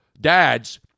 dads